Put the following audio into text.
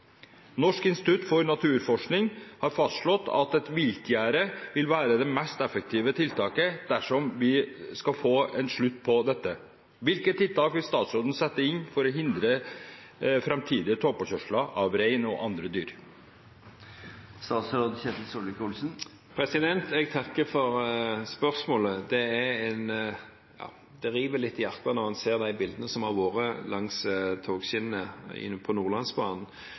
Norsk institutt for naturforskning har fastslått at et viltgjerde vil være det mest effektive tiltaket dersom vi skal få en slutt på dette. Hvilke tiltak vil statsråden sette inn for å hindre fremtidige togpåkjørsler av rein og andre dyr?» Jeg takker for spørsmålet. Det river litt i hjertet når en ser de bildene som har vært tatt langs togskinnene på Nordlandsbanen.